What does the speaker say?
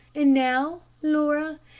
and now, laura,